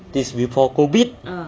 things before COVID